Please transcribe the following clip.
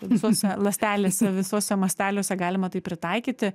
visose ląstelėse visuose masteliuose galima tai pritaikyti